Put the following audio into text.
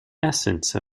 essence